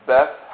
Beth